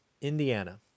Indiana